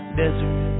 desert